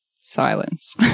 silence